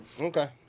Okay